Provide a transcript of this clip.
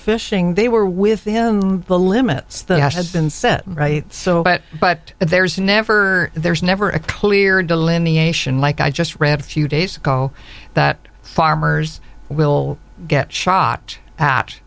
fear they were within the limits that has been set right so but but there's never there's never a clear delineation like i just read a few days ago that farmers will get shot at